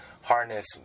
harness